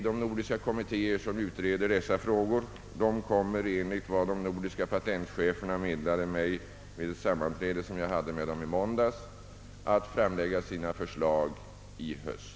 De nordiska kommittéer som utreder sistnämnda fråga kommer — enligt vad de nordiska patentcheferna meddelade mig vid ett sammanträde som jag hade med dem i måndags — att framlägga sina förslag i höst.